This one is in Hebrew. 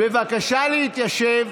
בבקשה להתיישב.